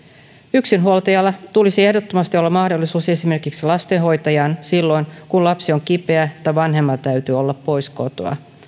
yksinhuoltajalla tulisi ehdottomasti olla mahdollisuus esimerkiksi lastenhoitajaan silloin kun lapsi on kipeä tai vanhemman täytyy olla pois kotoa